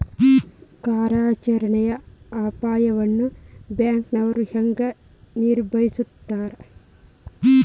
ಕಾರ್ಯಾಚರಣೆಯ ಅಪಾಯವನ್ನ ಬ್ಯಾಂಕನೋರ್ ಹೆಂಗ ನಿಭಾಯಸ್ತಾರ